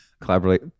collaborate